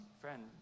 friend